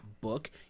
book